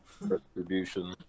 Retribution